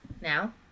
now